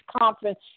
conference